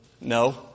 No